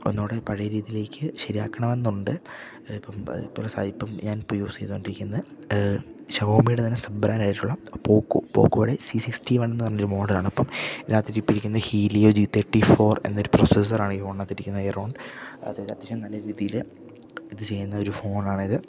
ഒന്നോടെ പഴയ രീതിയിലേക്ക് ശെരിയാക്കണമെന്നുണ്ട് ഇപ്പം ഇപ്പ്രസായിപ്പം ഞാൻിപ്പ യൂസ് ചെയ്തോണ്ടിരിക്കുന്ന ഷവോമീടെ തന്നെ സബ്ബ്രാൻഡായിട്ടുള്ള പോക്കോ പോക്കോടെ സി സിക്സ്റ്റി വൺ എന്ന് പറഞ്ഞൊ ഒരു മോഡലാണ് അപ്പം ഇതിനകത്ത് ചിപ്പിരിക്കുന്ന ഹീലിയോ ജി തേർട്ടി ഫോർ എന്നൊരു പ്രൊസസ്സറാണ് ഈ ഫോണത്തിരിക്കുന്ന എറൗണ്ട് അതായത് അത്യാവശ്യം നല്ല രീതിയില് ഇത് ചെയ്യുന്ന ഒരു ഫോണാണിത്